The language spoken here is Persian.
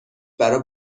برا